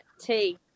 tea